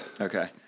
Okay